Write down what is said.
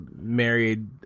married